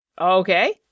Okay